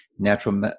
Natural